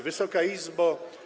Wysoka Izbo!